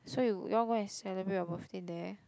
so you you want go and celebrate your birthday there